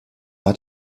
hat